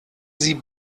sie